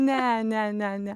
ne ne ne ne